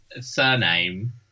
surname